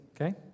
Okay